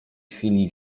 chwili